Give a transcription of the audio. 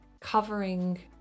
covering